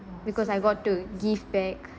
because I got to give back